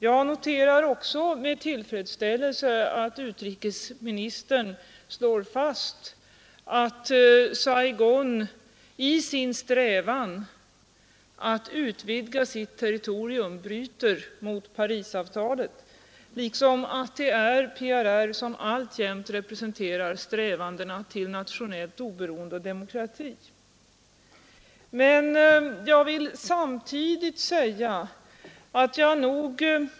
Jag noterar också med tillfredsställelse att utrikesministern slår fast att Saigon i sin strävan att utvidga sitt territorium bryter mot Parisavtalet liksom att det är PRR som alltjämt representerar strävandena till nationellt oberoende och demokrati.